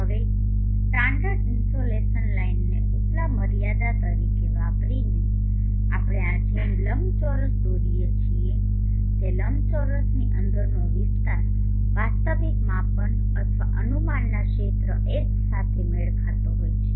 હવે standard insulation લાઇનને ઉપલા મર્યાદા તરીકે વાપરીને આપણે આ જેમ લંબચોરસ દોરી શકીએ છીએ કે લંબચોરસની અંદરનો વિસ્તાર વાસ્તવિક માપન અથવા અનુમાનના ક્ષેત્ર H સાથે મેળ ખાતો હોય છે